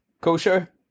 kosher